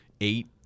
eight